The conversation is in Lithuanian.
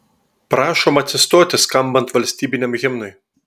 prašom atsistoti skambant valstybiniam himnui